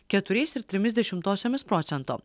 keturiais ir trimis dešimtosiomis procento